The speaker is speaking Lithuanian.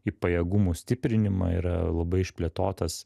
į pajėgumų stiprinimą yra labai išplėtotas